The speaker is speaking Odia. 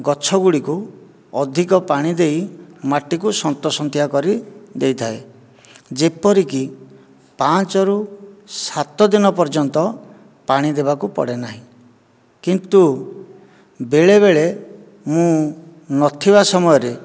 ଗଛ ଗୁଡ଼ିକୁ ଅଧିକ ପାଣି ଦେଇ ମାଟିକୁ ସନ୍ତସନ୍ତିଆ କରିଦେଇଥାଏ ଯେପରିକି ପାଞ୍ଚରୁ ସାତ ଦିନ ପର୍ଯ୍ୟନ୍ତ ପାଣି ଦେବାକୁ ପଡ଼େ ନାହିଁ କିନ୍ତୁ ବେଳେବେଳେ ମୁଁ ନଥିବା ସମୟରେ